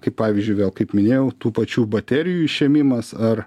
kaip pavyzdžiui vėl kaip minėjau tų pačių baterijų išėmimas ar